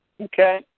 Okay